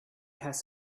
has